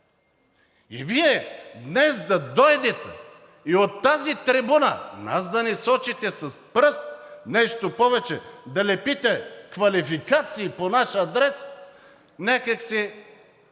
и Вие днес да дойдете и от тази трибуна нас да ни сочите с пръст – нещо повече, да лепите квалификации по наш адрес, някак си